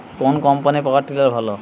কোন কম্পানির power tiller ভালো?